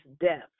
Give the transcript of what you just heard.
death